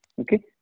Okay